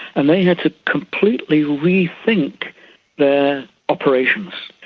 and they had to completely rethink their operations.